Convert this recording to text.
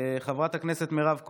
חברת הכנסת מירב כהן,